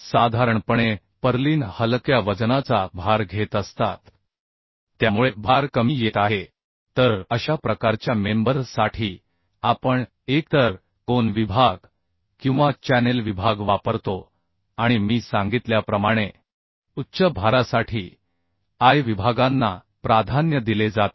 साधारणपणे पर्लिन हलक्या वजनाचा भार घेत असतात त्यामुळे भार कमी येत आहे तर अशा प्रकारच्या मेंबर साठी आपण एकतर कोन विभाग किंवा चॅनेल विभाग वापरतो आणि मी सांगितल्याप्रमाणे उच्च भारासाठी I विभागांना प्राधान्य दिले जाते